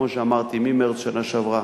כפי שאמרתי, ממרס שנה שעברה